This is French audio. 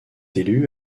élu